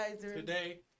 today